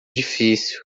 difícil